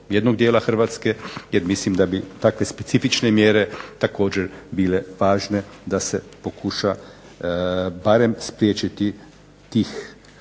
Hrvatske, jer mislim da bi takve specifične mjere također bile važne da se pokuša barem spriječiti tih,